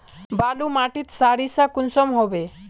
बालू माटित सारीसा कुंसम होबे?